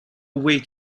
way